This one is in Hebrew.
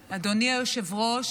אדוני היושב-ראש,